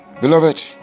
Beloved